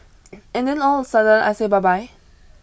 and then all of a sudden I say bye bye